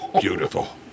Beautiful